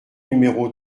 numéro